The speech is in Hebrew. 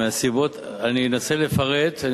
מהסיבות, אני אנסה לפרט, אם